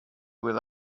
with